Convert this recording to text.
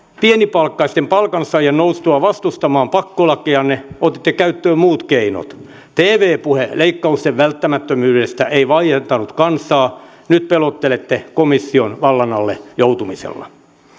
pienipalkkaisten palkansaajien noustua vastustamaan pakkolakejanne otitte käyttöön muut keinot tv puhe leikkausten välttämättömyydestä ei vaientanut kansaa nyt pelottelette komission vallan alle joutumisella